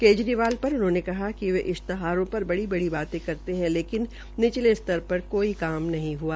केजरीवाल पर उन्होंने कहा कि वे इश्तहारों पर बड़ी बड़ी बाते करते है लेकिन निचले स्तर पर कोई काम नहीं हुआ